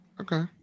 Okay